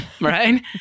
right